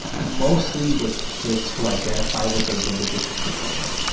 mostly with kids who identify with a religious tradition.